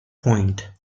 point